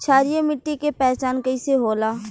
क्षारीय मिट्टी के पहचान कईसे होला?